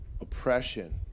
oppression